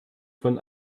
von